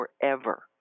forever